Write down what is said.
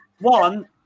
One